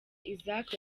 isaac